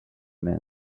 meant